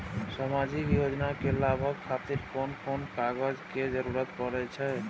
सामाजिक योजना के लाभक खातिर कोन कोन कागज के जरुरत परै छै?